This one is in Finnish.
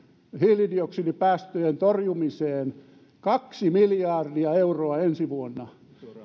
hiilidioksidipäästöjen torjumiseen kaksi miljardia euroa ensi vuonna ja